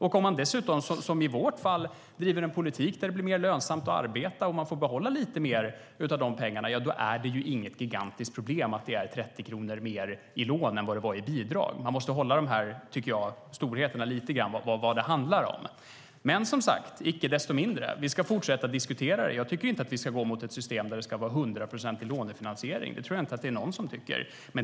Om man dessutom, som i vårt fall, driver en politik där det blir mer lönsamt att arbeta och man får behålla lite mer av de pengarna, då är det inget gigantiskt problem att det är 30 kronor mer i lån än i bidrag. Man måste hålla ordning på storheterna, vad det handlar om. Icke desto mindre ska vi fortsätta diskutera detta. Jag tycker inte att vi ska gå mot ett system med hundraprocentig lånefinansiering, och det tror jag inte att någon annan tycker.